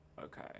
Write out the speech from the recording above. Okay